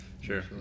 Sure